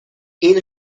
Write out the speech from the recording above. این